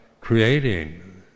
creating